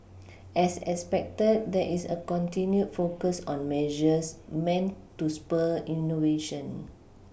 as expected there is a continued focus on measures meant to spur innovation